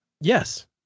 Yes